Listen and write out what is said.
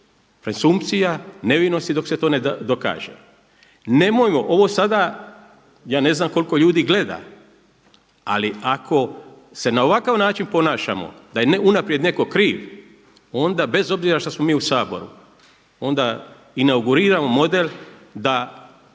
presumpcija nevinosti dok se to ne dokaže. Nemojmo ovo sada ja ne znam koliko ljudi gleda, ali ako se na ovakav način ponašamo da je unaprijed neko kriv onda bez obzira što smo mi u Saboru onda inauguriramo model da